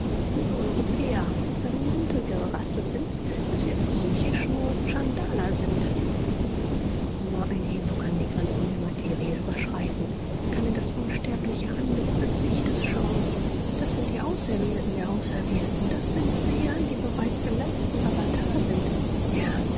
wir europäer eine niedrigere rasse sind daß wir psychisch nur tschandala sind nur ein hindu kann die grenzen der materie überschreiten kann in das unsterbliche antlitz des lichtes schauen das sind die auserwählten der auserwählten das sind seelen die bereits im letzten awatar sind